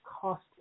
cost